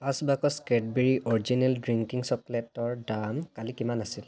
পাঁচ box Cadbury original drinking চকলেটৰ দাম কালি কিমান আছিল